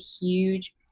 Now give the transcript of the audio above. huge